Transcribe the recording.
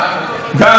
גאווה.